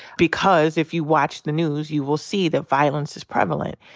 because if you watch the news you will see that violence is prevalent.